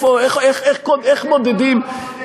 מתחת לאדמה.